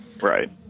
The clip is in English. Right